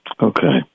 Okay